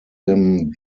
him